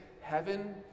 heaven